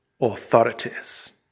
authorities